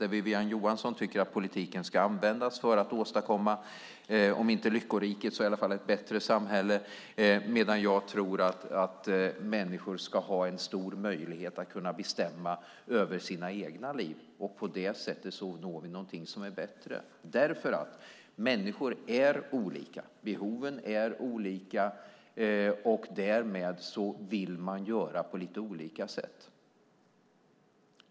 Wiwi-Anne Johansson tycker att politiken ska användas för att åstadkomma om inte lyckoriket så i alla fall ett bättre samhälle, medan jag tror att människor ska ha stor möjlighet att bestämma över sina egna liv. På det sättet får vi något bättre. Människor är olika. Behoven är olika. Därmed vill man göra på lite olika sätt.